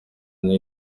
ane